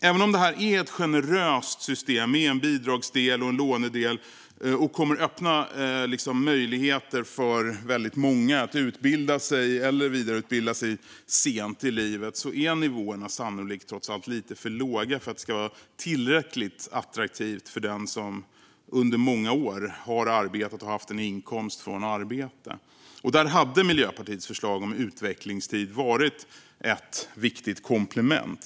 Även om det här är ett generöst system, med en bidragsdel och en lånedel, och kommer att öppna möjligheter för väldigt många att utbilda sig eller vidareutbilda sig sent i livet är nivåerna sannolikt trots allt lite för låga för att det ska vara tillräckligt attraktivt för den som under många år har arbetat och haft en inkomst från arbete. Där hade Miljöpartiets förslag om utvecklingstid varit ett viktigt komplement.